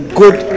good